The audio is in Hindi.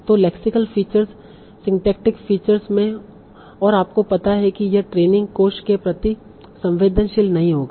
तो लेक्सिकल फीचर्स सिंटेक्टिक फीचर्स में और आपको पता है कि यह ट्रेनिंग कोष के प्रति संवेदनशील नहीं होगा